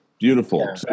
beautiful